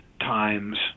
times